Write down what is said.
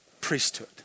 priesthood